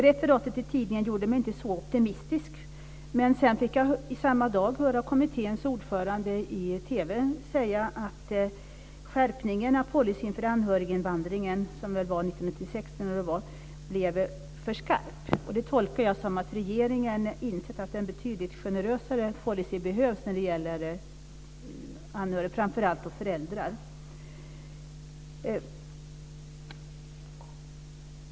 Referatet i tidningen gjorde mig inte så optimistisk, men samma dag fick jag höra kommitténs ordförande i TV säga att skärpningen för policyn för anhöriginvandringen 1996 blev för skarp. Det tolkar jag som att regeringen insett att en betydligt generösare policy behövs när det gäller anhöriga, framför allt föräldrar.